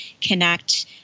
connect